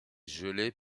gelées